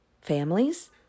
families